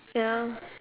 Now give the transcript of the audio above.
ya